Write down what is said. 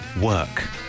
work